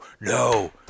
no